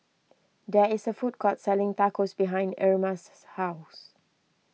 there is a food court selling Tacos behind Irma's house